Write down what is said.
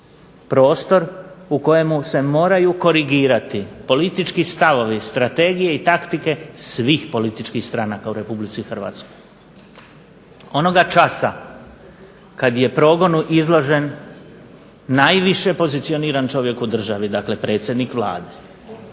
prostor u kojemu se moraju korigirati politički stavovi, strategije i taktike svih političkih stranaka u RH. Onoga časa kad je progonu izložen najviše pozicioniran čovjek u državi, dakle Predsjednik Vlade,